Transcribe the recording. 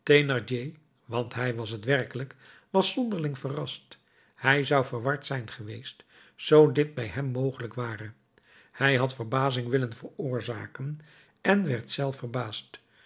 want hij was het werkelijk was zonderling verrast hij zou verward zijn geweest zoo dit bij hem mogelijk ware hij had verbazing willen veroorzaken en werd zelf verbaasd